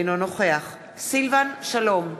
אינו נוכח סילבן שלום,